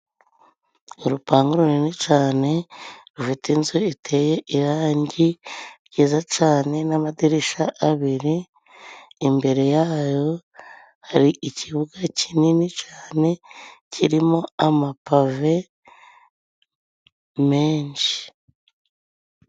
Urupangu runini cane rufite inzu iteye irangi. Ryiza cane n'amadirisha abiri, imbere yayo hari ikibuga kinini cane kirimo amapave menshi.